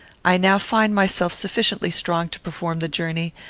i now find myself sufficiently strong to perform the journey,